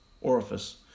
orifice